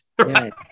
right